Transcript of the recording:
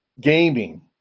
gaming